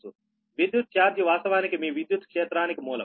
విద్యుత్ ఛార్జ్ వాస్తవానికి మీ విద్యుత్ క్షేత్రానికి మూలం